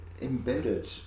embedded